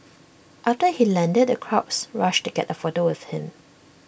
after he landed the crowds rushed to get A photo with him